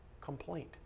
complaint